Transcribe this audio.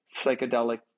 psychedelic